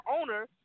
owner